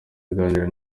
aganira